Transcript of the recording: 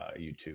YouTube